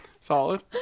Solid